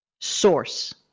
source